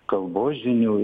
kalbos žinių